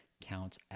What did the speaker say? counts